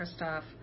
Kristoff